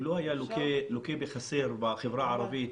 אם לא היה לוקה בחסר בחברה הערבית